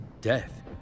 death